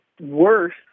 worse